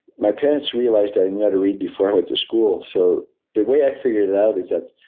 my parents realized i knew how to read before i went to school. so the way i figured it out is that